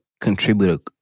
contribute